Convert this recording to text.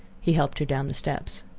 he helped her down the steps.